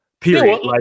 period